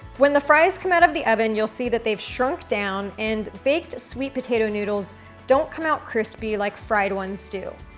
when the fries come out of the oven, you'll see that they have shrunk down. and baked sweet potatoes noodles don't come out crispy like fried ones do.